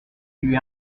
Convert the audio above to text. lui